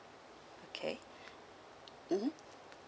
okay mmhmm